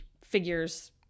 figures